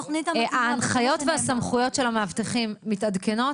ההנחיות והסמכויות של המאבטחים מתעדכנות?